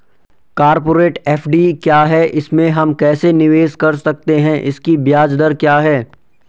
Corporate FD क्या है इसमें हम कैसे निवेश कर सकते हैं इसकी ब्याज दर क्या है?